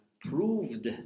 proved